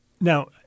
Now